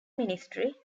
ministry